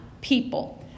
people